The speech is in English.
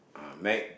uh make